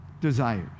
desires